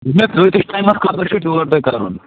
دوٚپمَے کۭتِس ٹایِمس خٲطرٕ چھُ ٹیوٗر تۅہہِ کَرُن